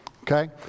okay